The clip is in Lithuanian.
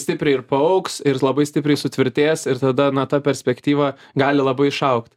stipriai ir paaugs ir labai stipriai sutvirtės ir tada na ta perspektyva gali labai išaugt